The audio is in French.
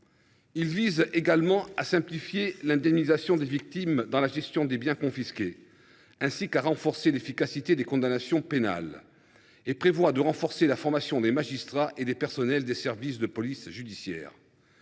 Il vise également à simplifier l’indemnisation des victimes dans la gestion des biens confisqués, ainsi qu’à renforcer l’efficacité des condamnations pénales. Il prévoit de renforcer la formation des magistrats et des personnels des services de police judiciaire.